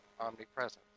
omnipresent